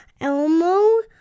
Elmo